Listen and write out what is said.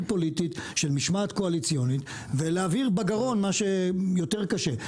פוליטית של משמעת קואליציונית ולהעביר בגרון מה שיותר קשה.